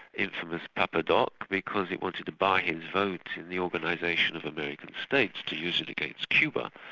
infamous papa doc, because it wanted to buy him votes in the organisation of american states, to use it against cuba.